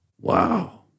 Wow